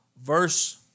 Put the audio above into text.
Verse